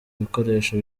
ibikoresho